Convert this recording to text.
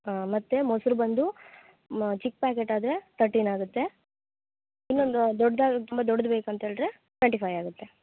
ಹಾಂ ಮತ್ತು ಮೊಸರು ಬಂದು ಮಾ ಚಿಕ್ಕ ಪ್ಯಾಕೇಟ್ ಆದರೆ ತರ್ಟೀನ್ ಆಗುತ್ತೆ ಇನ್ನೊಂದು ದೊಡ್ಡ ಅದ್ ತುಂಬ ದೊಡ್ದು ಬೇಕಂತ ಹೇಳಿದ್ರೆ ಟ್ವೆಂಟಿ ಫೈವ್ ಆಗುತ್ತೆ